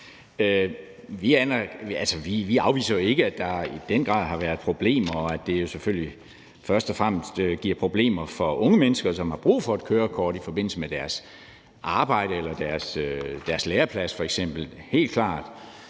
Vi afviser ikke, at der i den grad har været problemer, og at det jo selvfølgelig først og fremmest giver problemer for unge mennesker, som har brug for et kørekort i forbindelse med deres arbejde eller deres læreplads f.eks. – helt klart.